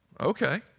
Okay